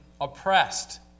oppressed